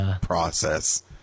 process